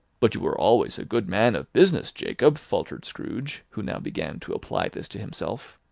but you were always a good man of business, jacob, faltered scrooge, who now began to apply this to himself.